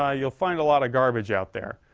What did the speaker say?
ah you'll find a lot of garbage out there.